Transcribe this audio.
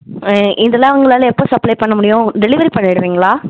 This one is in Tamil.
ஆ இதுலாம் உங்களால் எப்போ சப்ளை பண்ண முடியும் டெலிவரி பண்ணிடுவீங்களா